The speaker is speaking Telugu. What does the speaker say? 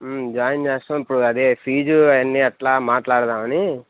జాయిన్ చేస్తాం ఇప్పుడు అదే ఫీజు అవన్నీ ఎట్లా అని మాట్లాడదామని